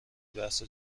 بحث